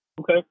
Okay